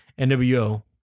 NWO